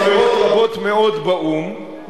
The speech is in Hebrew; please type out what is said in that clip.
חברות רבות מאוד באו"ם,